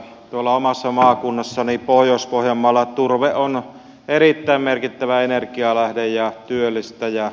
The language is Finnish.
tuolla omassa maakunnassani pohjois pohjanmaalla turve on erittäin merkittävä energianlähde ja työllistäjä